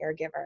caregiver